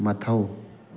ꯃꯊꯧ